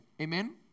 Amen